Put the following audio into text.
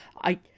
I-